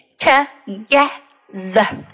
together